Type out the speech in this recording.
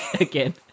again